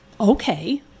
okay